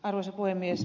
arvoisa puhemies